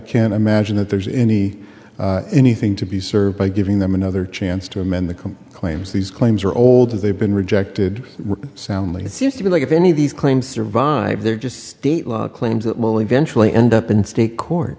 can't imagine that there's any anything to be served by giving them another chance to amend the comp claims these claims are old and they've been rejected soundly it seems to be like if any of these claims survive they're just state law claims that will eventually end up in state court